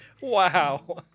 Wow